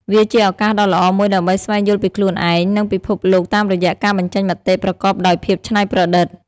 វាជាឱកាសដ៏ល្អមួយដើម្បីស្វែងយល់ពីខ្លួនឯង និងពិភពលោកតាមរយៈការបញ្ចេញមតិប្រកបដោយភាពច្នៃប្រឌិត។